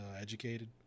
educated